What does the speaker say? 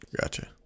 gotcha